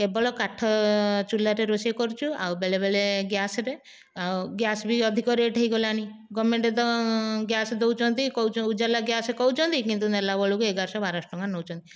କେବଳ କାଠ ଚୁଲ୍ହାରେ ରୋଷେଇ କରୁଛୁ ଆଉ ବେଳେବେଳେ ଗ୍ୟାସ୍ ଚୁଲ୍ହାରେ ଆଉ ଗ୍ୟାସ୍ ବି ଅଧିକ ରେଟ୍ ହେଇଗଲାଣି ଗଭ୍ମେଣ୍ଟ୍ ତ ଗ୍ୟାସ୍ ଦେଉଛନ୍ତି ଉଜାଲା ଗ୍ୟାସ୍ ଦେଉଛନ୍ତି କିନ୍ତୁ ନେଲାବେଳକୁ ଏଗାରଶହ ବାରଶହ ନେଉଛନ୍ତି